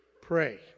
pray